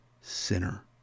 sinner